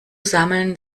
sammeln